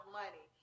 money